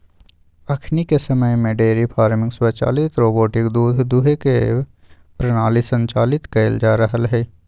अखनिके समय में डेयरी फार्मिंग स्वचालित रोबोटिक दूध दूहे के प्रणाली संचालित कएल जा रहल हइ